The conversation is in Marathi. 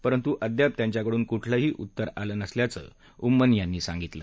परंतु अद्याप त्यांच्याकडून कुठलंही उत्तर आलं नसल्याचं उम्मन यांनी सांगितलं